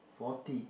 forty